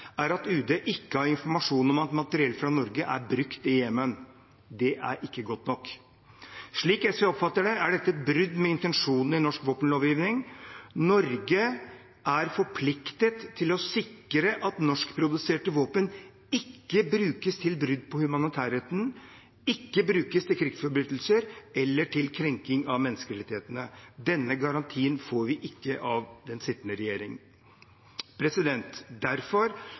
er at UD ikke har informasjon om at materiell fra Norge er brukt i Jemen. Det er ikke godt nok. Slik SV oppfatter det, er dette brudd med intensjonen i norsk våpenlovgivning. Norge er forpliktet til å sikre at norskproduserte våpen ikke brukes til brudd på humanitærretten, ikke brukes til krigsforbrytelser eller til krenking av menneskerettighetene. Denne garantien får vi ikke av den sittende regjering. Derfor